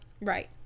Right